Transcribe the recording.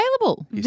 available